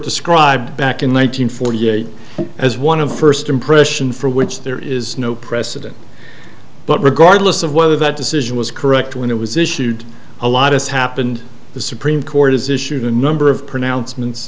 described back in one nine hundred forty eight as one of the first impression for which there is no precedent but regardless of whether that decision was correct when it was issued a lot has happened the supreme court has issued a number of pronouncements